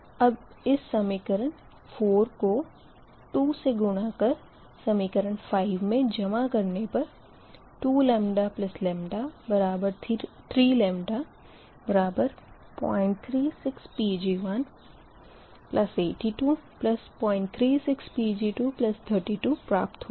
अब इस समीकरण 4 को 2 से गुणा कर समीकरण 5 मे जमा करने पर 2λ 3 λ036 Pg182036Pg232 प्राप्त होगा